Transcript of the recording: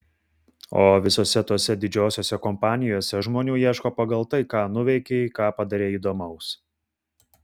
o visose tose didžiosiose kompanijose žmonių ieško pagal tai ką nuveikei ką padarei įdomaus